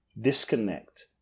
disconnect